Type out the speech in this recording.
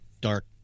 Dark